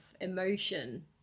emotion